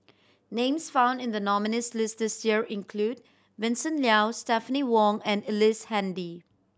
names found in the nominees' list this year include Vincent Leow Stephanie Wong and Ellice Handy